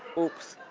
oops.